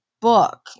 book